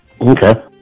Okay